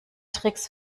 tricks